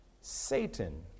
Satan